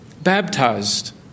Baptized